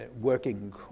working